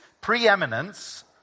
preeminence